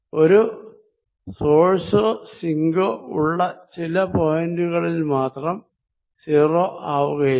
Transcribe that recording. ഒരു സ്രോതസ്സോ സിങ്കോ ഉള്ള ചില പോയിന്റുകളിൽ മാത്രം 0 ആവുകയില്ല